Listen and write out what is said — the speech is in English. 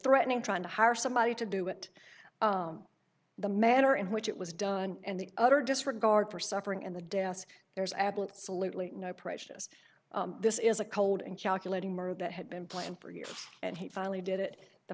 threatening trying to hire somebody to do it the manner in which it was done and the utter disregard for suffering and the deaths there's absolutely no prejudice this is a cold and calculating murder that had been planned for years and he finally did it the